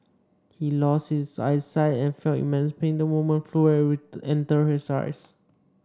he lost his eyesight and felt immense pain the moment the fluid entered his right eye